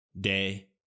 day